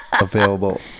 available